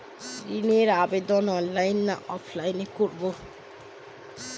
ঋণের আবেদন অনলাইন না অফলাইনে করব?